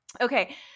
okay